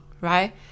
right